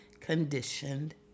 conditioned